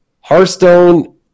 Hearthstone